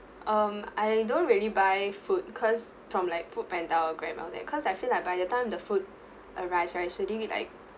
um I don't really buy food because from like Foodpanda or Grab all that because I feel like by the time the food arrives right like